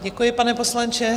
Děkuji, pane poslanče.